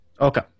Okay